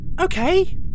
Okay